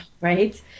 right